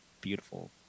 beautiful